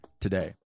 today